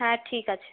হ্যাঁ ঠিক আছে